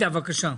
בבקשה.